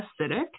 acidic